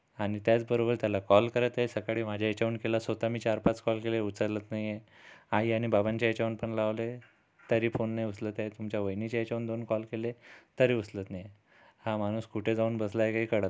आणि त्याचबरोबर त्याला कॉल करतय सकाळी माझ्या याच्यावून केला स्वत मी चारपाच कॉल केले उचलत नाहीये आई आणि बाबांच्या याच्यावून पण लावले तरी फोन नाही उचलत आहे तुमच्या वैनीच्या याच्यावून दोन कॉल केले तरी उचलत नाही हा माणूस कुठे जाऊन बसलाय काही कळत नाहीये